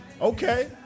Okay